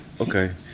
okay